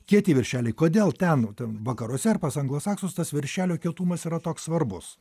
kieti viršeliai kodėl ten ten vakaruose ar pas anglosaksus tas viršelio kietumas yra toks svarbus